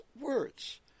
words